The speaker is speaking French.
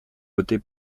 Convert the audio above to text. voter